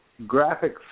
graphics